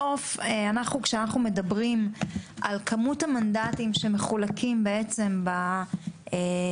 כשאנחנו מדברים על כמות המנדטים שמחולקים בוועד המקומי,